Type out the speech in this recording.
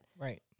Right